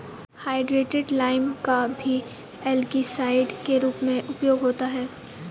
hydrated lime का भी algicide के रूप में उपयोग होता है